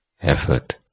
effort